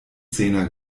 zehner